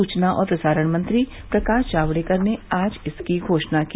सूचना और प्रसारण मंत्री प्रकाश जावडेकर ने आज इसकी घोषणा की